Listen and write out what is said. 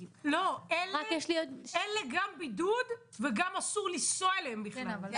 לא, אלה גם בידוד וגם אסור לנסוע אליהן בכלל.